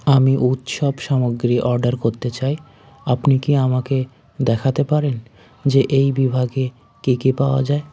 আমি উৎসব সামগ্রী অর্ডার করতে চাই আপনি কি আমাকে দেখাতে পারেন যে এই বিভাগে কি কি পাওয়া যায়